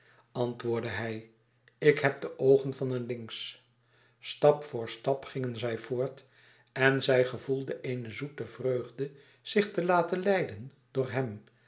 antwoordde hij ik heb de oogen van een lynx stap voor stap gingen zij voort en zij gevoelde eene zoete vreugde zich te laten leiden door hem